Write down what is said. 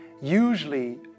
usually